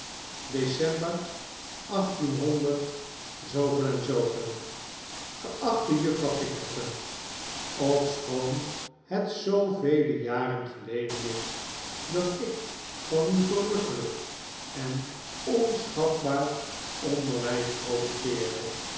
pastorie queen's crawley geachte juffrouw pinkerton december ofschoon het zoo vele jaren geleden is dat ik van uw verrukkelijk en onschatbaar onderwijs profiteerde